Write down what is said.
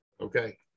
okay